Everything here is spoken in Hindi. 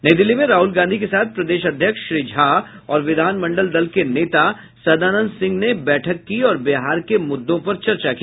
नई दिल्ली में राहुल गांधी के साथ प्रदेश अध्यक्ष श्री झा और विधानमंडल दल के नेता सदानंद सिंह ने बैठक की और बिहार के मुद्दों पर चर्चा की